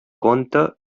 compte